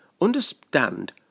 understand